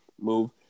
move